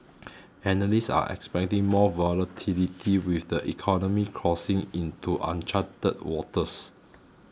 analysts are expecting more volatility with the economy crossing into uncharted waters